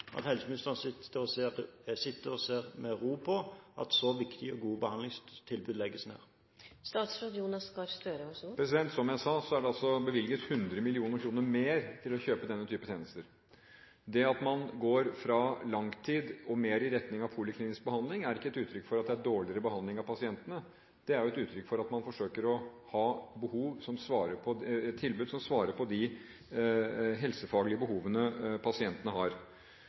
at helseministeren sitter og ser med ro på at så viktige og gode behandlingstilbud legges ned? Som jeg sa, er det bevilget 100 mill. kr mer til å kjøpe denne typen tjenester. Det at man går fra langtidsbehandling og mer i retning av poliklinisk behandling, er ikke et uttrykk for at det er dårligere behandling av pasientene. Det er et uttrykk for at man forsøker å ha tilbud som svarer på de helsefaglige behovene pasientene har. Når det gjelder valget av samarbeidsinstitusjoner, valget av de tilbudene som er kommet inn på Helse Sør-Østs anbud, har